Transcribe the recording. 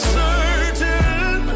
certain